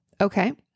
Okay